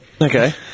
Okay